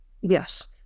Yes